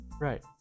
right